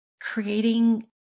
creating